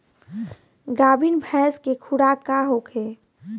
गाभिन भैंस के खुराक का होखे?